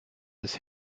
ist